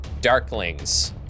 Darklings